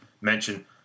mention